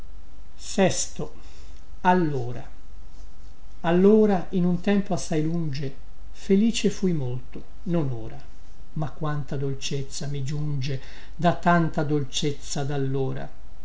è qui allora in un tempo assai lunge felice fui molto non ora ma quanta dolcezza mi giunge da tanta dolcezza dallora